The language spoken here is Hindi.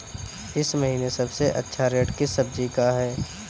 इस महीने सबसे अच्छा रेट किस सब्जी का है?